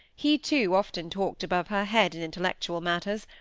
he too often talked above her head in intellectual matters,